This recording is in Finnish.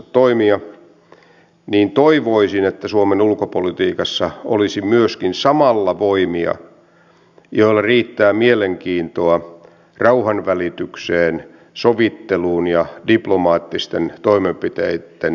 onko teillä tarkoitus että myös kantasuomalaiset joidenkin sosiaaliturvan osien saamiseksi velvoitettaisiin osallistumaan suomen tai ruotsin kielen koulutukseen tai esimerkiksi kotouttamiskoulutukseen